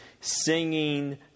singing